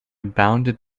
bounded